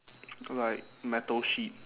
like metal sheet